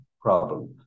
problem